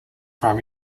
from